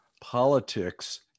politics